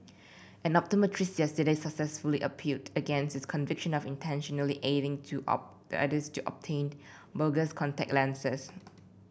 an optometrist yesterday successfully appealed against his conviction of intentionally aiding two of the others to obtain bogus contact lenses